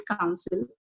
Council